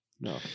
No